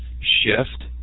shift